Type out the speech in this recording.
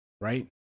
right